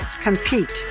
compete